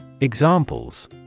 Examples